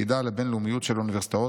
הצעידה לבין-לאומיות של אוניברסיטאות,